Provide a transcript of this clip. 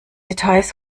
details